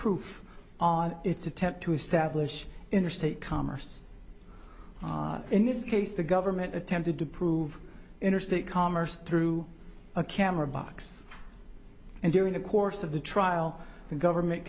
proof on its attempt to establish interstate commerce in this case the government attempted to prove interstate commerce through a camera box and during the course of the trial the government